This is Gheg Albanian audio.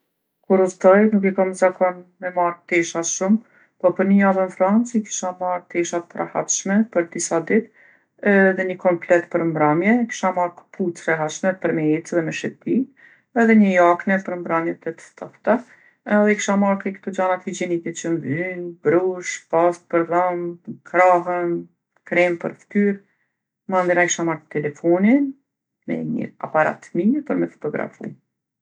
Kur udhtoj nuk e kom zakon me marrë tesha shumë, po për ni javë n'Francë i kisha marrë tesha t'rahatshme për disa ditë edhe ni komplet për mramje. Kisha marrë kpucë t'rehatshme për me ecë edhe me shetitë edhe ni jakne për mramjet e ftofta edhe i kisha marrë krejt kto gjanat higjienike që m'vyn, brushë, pastë për dhom, krahën, kremë për ftyrë. Mandena e kisha marrë telefonin, knej nji apart t'mire për me forografu